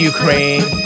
Ukraine